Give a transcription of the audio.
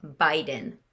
Biden